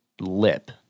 lip